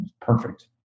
perfect